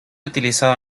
utilizado